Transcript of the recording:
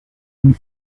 une